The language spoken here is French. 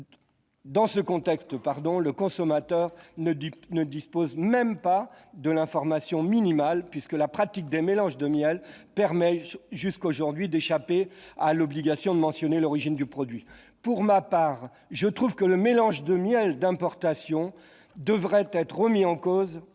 Dans ce contexte, le consommateur ne dispose même pas de l'information minimale, la pratique des mélanges de miels permettant jusqu'à présent d'échapper à l'obligation de mentionner l'origine du produit. Pour ma part, je trouve que le mélange de miels d'importation devrait être remis en cause